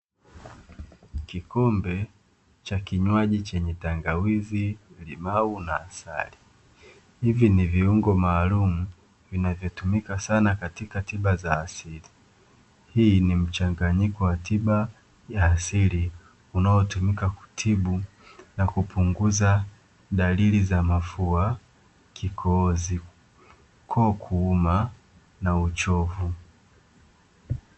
Kikombe cha kinywaji chenye: tangawizi, limau na asali. Hivi ni viungo maalumu vinavyotumika sana katika tiba za asili. Hii ni mchanganyiko wa tiba ya asili unaotumika kutibu na kupunguza dalili za: mafua, kikohozi, koo kuuma na uchovu.